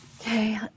Okay